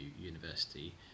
university